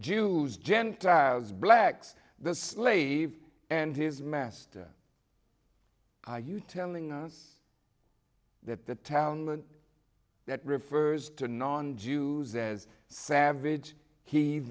jews gentiles blacks the slave and his master are you telling us that the town that refers to non jews as savage he